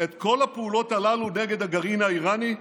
את כל הפעולות הללו נגד הגרעין האיראני,